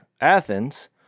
Athens